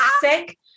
sick